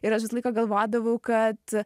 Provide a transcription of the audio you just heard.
ir aš visą laiką galvodavau kad